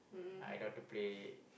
I know how to play